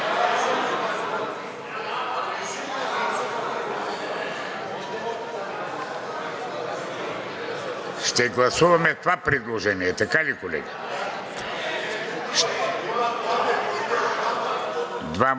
Ще гласуваме това предложение – така ли, колеги? (Шум и